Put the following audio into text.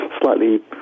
slightly